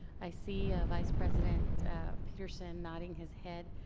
i see ah vice president peterson nodding his head.